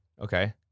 Okay